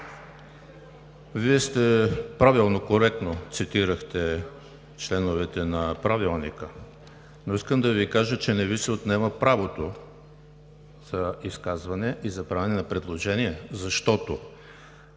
Вие правилно, коректно цитирахте членовете на Правилника. Искам да Ви кажа обаче, че не Ви се отнема правото за изказване и за правене на предложения, защото